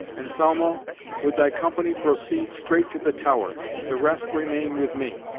anselmo, with thy company proceed straight to the tower the rest remain with me.